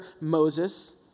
Moses